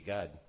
God